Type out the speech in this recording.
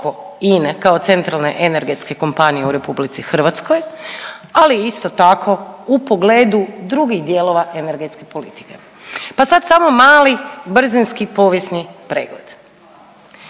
kao centralne energetske kompanije u RH, ali isto tako u pogledu drugih dijelova energetske politike. Pa sad samo mali brzinski povijesni pregled.